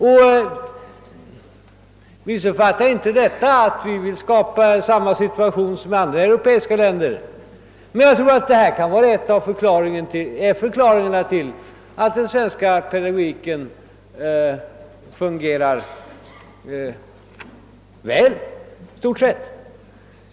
Men missuppfatta inte detta, herr Nordstrandh, och tro att vi vill skapa samma situation som man har i andra europeiska länder. Jag tror att lärartätheten hos oss kan vara en förklaring till att den svenska pedagogiken i stort sett fungerar så bra som den gör.